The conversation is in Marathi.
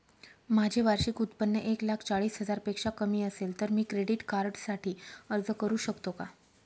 माझे वार्षिक उत्त्पन्न एक लाख चाळीस हजार पेक्षा कमी असेल तर मी क्रेडिट कार्डसाठी अर्ज करु शकतो का?